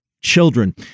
children